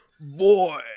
Boy